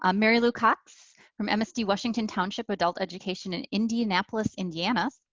um mary lou cox from msd washington township adult education in indianapolis, indiana.